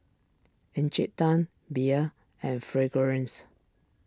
Encik Tan Bia and Fragrance